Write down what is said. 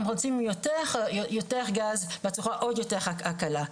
אנחנו רוצים יותר גז בצורה יותר קלה.